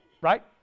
Right